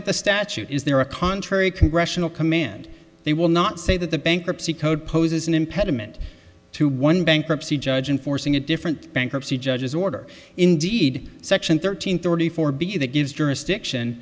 at the statute is there a contrary congressional command they will not say that the bankruptcy code poses an impediment to one bankruptcy judge and forcing a different bankruptcy judges order indeed section thirteen thirty four b that gives jurisdiction